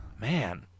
Man